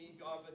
God